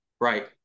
Right